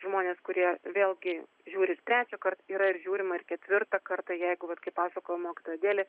žmonės kurie vėlgi žiūris trečiąkart yra ir žiūrima ketvirtą kartą jeigu vat kaip pasakojo mokytoja adelė